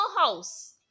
house